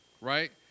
right